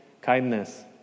kindness